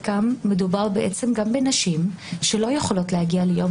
מדובר בעצם על חלקם שהם נשים שלא יכולות להגיע ליום